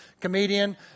comedian